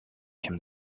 him